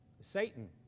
Satan